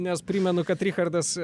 nes primenu kad richardas